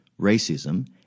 racism